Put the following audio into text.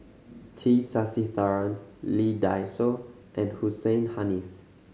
T Sasitharan Lee Dai Soh and Hussein Haniff